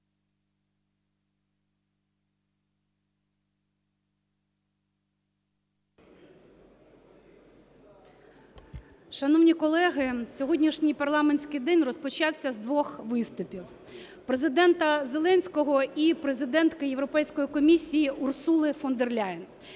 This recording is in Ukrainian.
Шановні колеги, сьогоднішній парламентський день розпочався з двох виступів – Президента Зеленського і президентки Європейської комісії Урсули фон дер Ляєн.